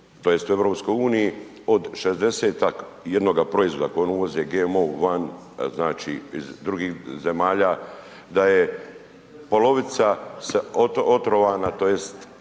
od šezdesetak i jednoga proizvoda kojeg oni uvoze GMO one iz drugih zemalja da je polovica otrovana